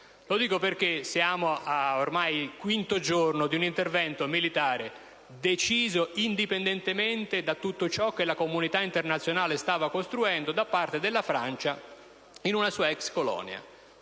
questo perché siamo ormai al quinto giorno di un intervento militare deciso, indipendentemente da tutto ciò che la comunità internazionale stava costruendo, dalla Francia nei confronti di una sua ex colonia.